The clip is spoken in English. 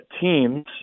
teams